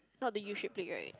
not the U shape plate right